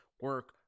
Work